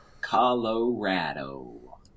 Colorado